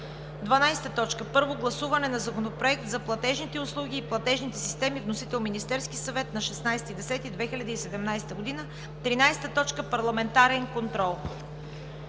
12. Първо гласуване на Законопроекта за платежните услуги и платежните системи. Вносител е Министерският съвет на 16 октомври 2017 г. 13. Парламентарен контрол.